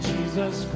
Jesus